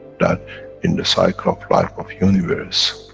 that in the cycle of life of universe,